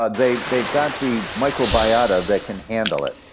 ah they've they've got the microbiota that can handle it.